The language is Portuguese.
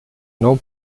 não